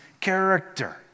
character